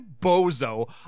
bozo